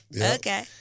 Okay